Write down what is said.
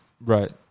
Right